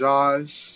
Josh